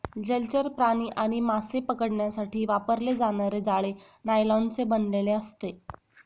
जलचर प्राणी आणि मासे पकडण्यासाठी वापरले जाणारे जाळे नायलॉनचे बनलेले असते